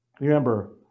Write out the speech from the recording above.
Remember